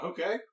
Okay